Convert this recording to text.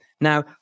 Now